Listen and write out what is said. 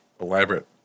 elaborate